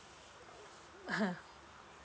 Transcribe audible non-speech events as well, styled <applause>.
<laughs>